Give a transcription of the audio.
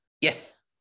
Yes